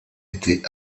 été